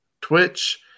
Twitch